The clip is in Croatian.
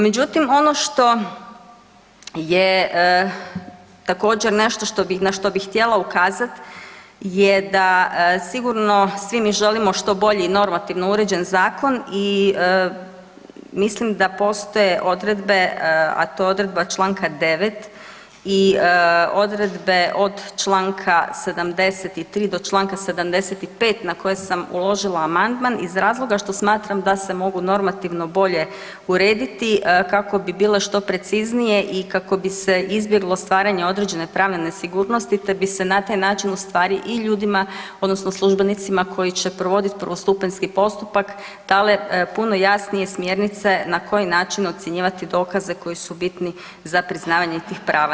Međutim, ono što je također nešto na što bih htjela ukazati je da sigurno svi mi želimo što bolji i normativno uređen zakon i mislim da postoje odredbe, a to je odredba Članka 9. i odredbe od Članka 73. do Članka 75. na koje sam uložila amandman iz razloga što smatram da se mogu normativno bolje urediti kako bi bile što preciznije i kako bi se izbjeglo stvaranje određene pravne nesigurnosti te bi se na taj način ustvari i ljudima odnosno službenicima koji će provoditi prvostupanjski postupak dale puno jasnije smjernice na koji način ocjenjivati dokaze koji su bitni za priznavanje tih prava.